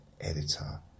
Editor